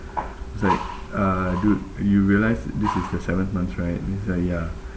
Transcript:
it's like uh dude you realise this is the seventh months right means that ya